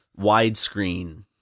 widescreen